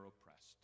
oppressed